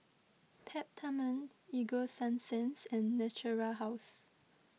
Peptamen Ego Sunsense and Natura House